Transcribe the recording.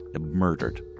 murdered